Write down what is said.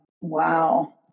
Wow